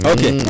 Okay